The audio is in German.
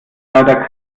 leider